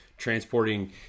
transporting